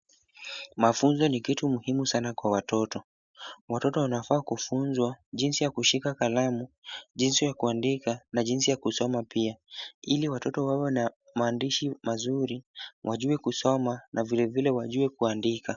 Mafunzo ni kitu muhimu sana kwa watoto. Watoto wanafaa kufunzwa jinsi ya kushika kalamu, jinsi ya kuandika na jinsi ya kusoma pia ili watoto wawe na maandishi mazuri, wajue kusoma na vilevile wajue kuandika.